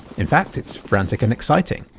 in fact, it's frantic and exciting.